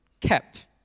kept